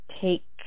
take